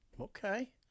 Okay